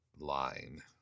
line